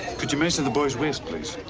could you measure the boy's waste please?